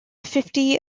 fifty